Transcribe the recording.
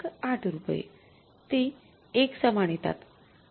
८ रुपये ते एकसमान येतात